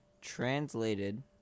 translated